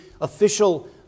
official